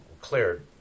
cleared